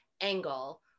angle